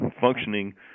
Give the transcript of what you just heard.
functioning